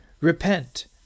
Repent